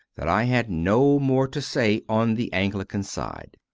that i had no more to say on the anglican side.